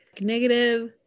negative